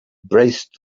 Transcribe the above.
braced